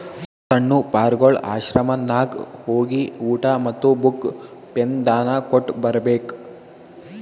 ಸಣ್ಣು ಪಾರ್ಗೊಳ್ ಆಶ್ರಮನಾಗ್ ಹೋಗಿ ಊಟಾ ಮತ್ತ ಬುಕ್, ಪೆನ್ ದಾನಾ ಕೊಟ್ಟ್ ಬರ್ಬೇಕ್